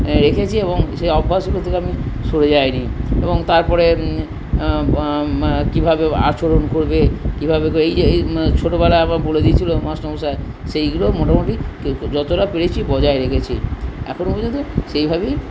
রেখেছি এবং সেই অভ্যাসগুলো থেকে আমি সরে যায় নি এবং তারপরে কীভাবে আচরণ করবে কীভাবে এই ছোটোবেলায় একবার বলে দিয়েছিলো মাস্টারমশাই সেইগুলো মোটামুটি যতটা পেরেছি বজায় রেখেছি এখনো পর্যন্ত সেইভাবেই